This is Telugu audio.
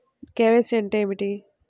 కే.వై.సి అంటే ఏమి?